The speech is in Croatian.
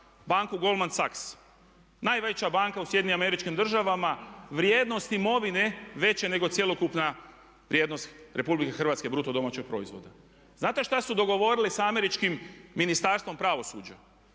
banku Goldman Sachs, najveća banka u SAD-u, vrijednost imovine veće nego cjelokupna vrijednost Republike Hrvatske, bruto domaćeg proizvoda. Znate šta su dogovorili sa američkim ministarstvom pravosuđa?